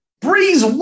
Breeze